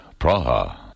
Praha